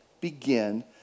begin